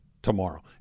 tomorrow